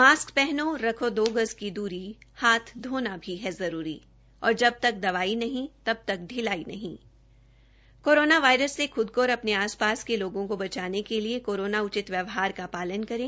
mask पहनो रखो दो गज की दूरी हाथ धोना भी है जरूरी जब तक दवाई नहीं तब तक ढिलाई नहीं कोरोना वायरस से खुद को और अपने आस पास के लोगों को बचाने के लिए कोरोना उचित व्योवहार का पालन करें